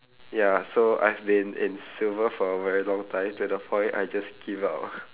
ya so I've been in silver for a very long time to the point I just give up ah